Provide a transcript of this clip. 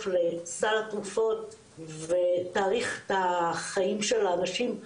לסל התרופות ותאריך את החיים של האנשים.